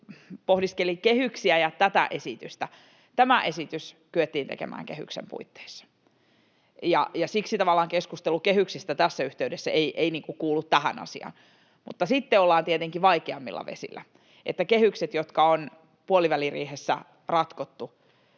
pohdiskeli kehyksiä ja tätä esitystä. Tämä esitys kyettiin tekemään kehyksen puitteissa, ja siksi tavallaan keskustelu kehyksistä tässä yhteydessä ei niin kuin kuulu tähän asiaan. Mutta sitten ollaan tietenkin vaikeammilla vesillä, että kehykset, jotka on puoliväliriihessä ratkottu,